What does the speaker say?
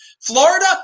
Florida